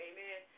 Amen